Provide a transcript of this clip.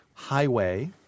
Highway